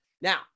Now